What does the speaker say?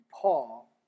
Paul